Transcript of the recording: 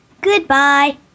Goodbye